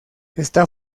está